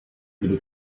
kdo